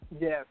Yes